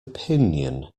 opinion